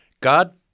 God